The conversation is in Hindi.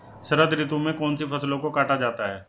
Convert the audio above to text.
शरद ऋतु में कौन सी फसलों को काटा जाता है?